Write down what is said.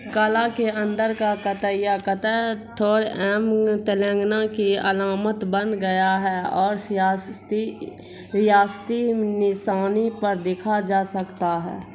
قلعہ کے اندر کا کتیہ کتاتھوڑا ام تلنگانہ کی علامت بن گیا ہے اور سیاسستی ریاستی نسانی پر دیکھا جا سکتا ہے